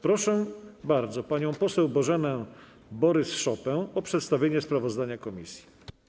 Bardzo proszę panią poseł Bożenę Borys-Szopę o przedstawienie sprawozdania komisji.